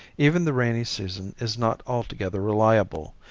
even the rainy season is not altogether reliable,